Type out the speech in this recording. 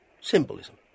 Symbolism